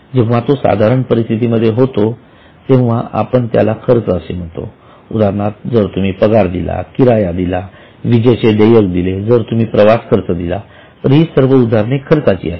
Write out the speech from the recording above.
जेव्हा तो सर्वसाधारण परिस्थिती मध्ये होतो तेव्हा आपण त्याला खर्च असे म्हणतो उदाहरणार्थ जर तुम्ही पगार दिला किराया दिला विजेचे देयक दिले जर तुम्ही प्रवास खर्च दिला ही सर्व उदाहरणे खर्चाची आहेत